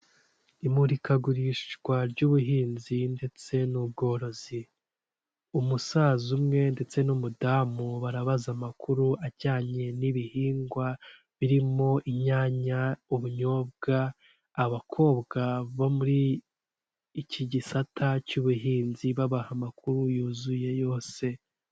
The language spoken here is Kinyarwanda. Ahantu hasa nk'ahantu abantu basohokera bisa nk'akabari cyangwa se ahantu abantu bajya kwiyakirira bakaba bahafatiramo amafunguro ya saa sita, hari mu ibara ry'umutuku, hariho intebe z'umutuku ndetse n'imitaka yayo iratukura, birasa nk'ahantu mu gipangu hakinjiramo n'imodoka z'abantu baba baje kubagana.